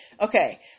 Okay